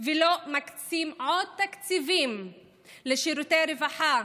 ולא מקצים עוד תקציבים לשירותי רווחה,